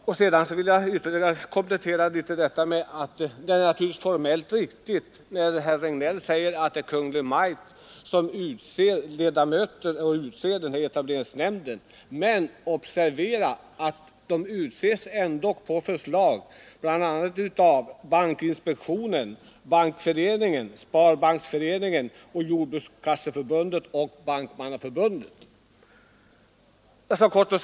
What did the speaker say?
För det andra: Det är naturligtvis formellt riktigt när herr Regnéll säger att det är Kungl. Maj:t som utser ledamöterna i etableringsnämnden, men observera att de ändock utses på förslag bl.a. av bankinspektionen, Bankföreningen, Sparbanksföreningen, Jordbrukskasseförbundet och Bankmannaförbundet.